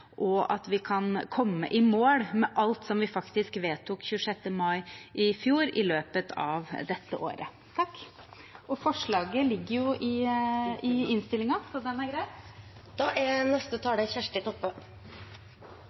og at vi kan komme i mål med alt som vi faktisk vedtok 26. mai i fjor, i løpet av dette året. Eit kort innlegg frå Senterpartiet: Vi har i merknader i innstillinga,